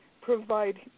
provide